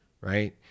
right